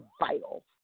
vital